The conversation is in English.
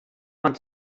want